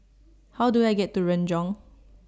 How Do I get to Renjong